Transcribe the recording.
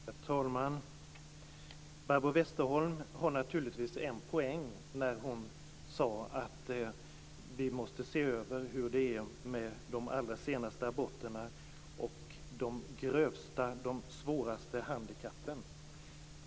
Herr talman! Barbro Westerholm hade naturligtvis en poäng när hon sade att vi måste se över hur det är med de allra senaste aborterna och de grövsta och svåraste handikappen.